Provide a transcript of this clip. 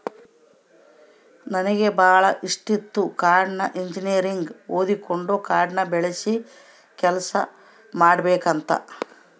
ನನಗೆ ಬಾಳ ಇಷ್ಟಿತ್ತು ಕಾಡ್ನ ಇಂಜಿನಿಯರಿಂಗ್ ಓದಕಂಡು ಕಾಡ್ನ ಬೆಳಸ ಕೆಲ್ಸ ಮಾಡಬಕಂತ